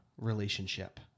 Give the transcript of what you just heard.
relationship